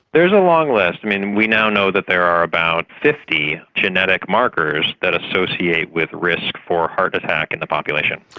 there's a long list. and and we now know that there are about fifty genetic markers that associate with risk for heart attack in the population.